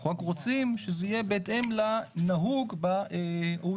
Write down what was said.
אנחנו רק רוצים שזה יהיה בהתאם לנהוג ב-OECD.